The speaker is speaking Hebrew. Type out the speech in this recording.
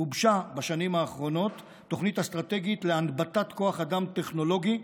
גובשה בשנים האחרונות תוכנית אסטרטגית להנבטת כוח אדם טכנולוגי,